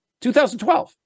2012